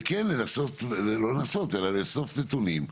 וכן לאסוף נתונים,